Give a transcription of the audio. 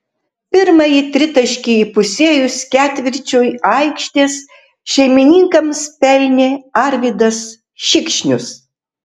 pirmąjį tritaškį įpusėjus ketvirčiui aikštės šeimininkams pelnė arvydas šikšnius